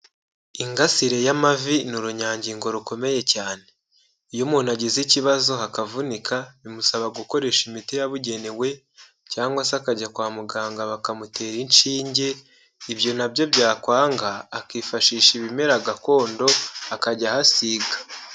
Ingasire y'amavi ni urunyangingo rukomeye cyane iyo umuntu agize ikibazo akavunika bimusaba gukoresha imiti yabugenewe cyangwa se akajya kwa muganga bakamutera inshinge, ibyo nabyo byakwanga akifashisha ibimera gakondo akajya ahasiga.